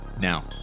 now